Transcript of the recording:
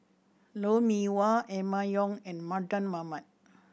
Lou Mee Wah Emma Yong and Mardan Mamat